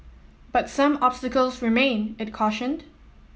but some obstacles remain it cautioned